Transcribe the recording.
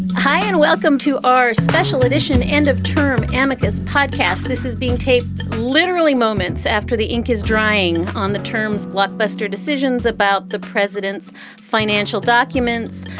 hi, and welcome to our special edition. end of term amicus podcast. this is being taped literally moments after the ink is drying on the terms. blockbuster decisions about the president's financial documents.